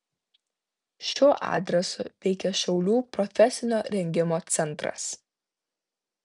šiuo adresu veikia šiaulių profesinio rengimo centras